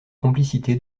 complicité